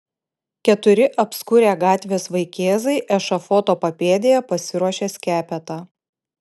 keturi apskurę gatvės vaikėzai ešafoto papėdėje pasiruošė skepetą